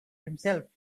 himself